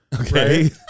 Okay